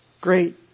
great